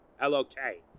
L-O-K